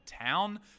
town